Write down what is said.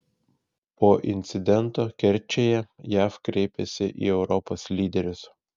po incidento kerčėje jav kreipiasi į europos lyderius